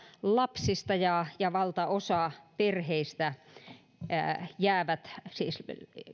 lapsista ja ja valtaosa perheistä jää siis